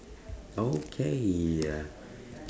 okay uh